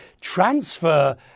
transfer